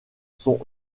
son